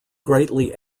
greatly